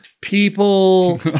people